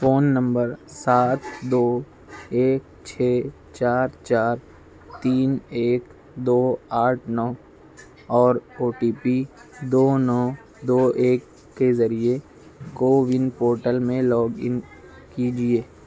phone number سات دو ایک چھ چار چار تین ایک دو آٹھ نو اور او ٹی پی دو نو دو ایک کے ذریعے کوون پورٹل میں لاگ ان کیجیے